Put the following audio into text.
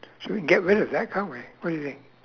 should we get rid of that card we what do you think